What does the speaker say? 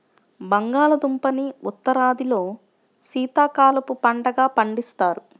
బంగాళాదుంపని ఉత్తరాదిలో శీతాకాలపు పంటగా పండిస్తారు